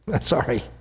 Sorry